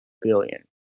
billion